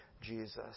Jesus